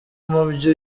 mubyo